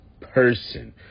person